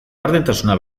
gardentasuna